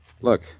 Look